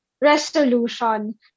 resolution